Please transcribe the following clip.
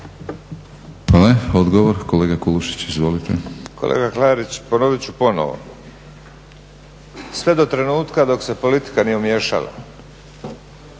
Hvala.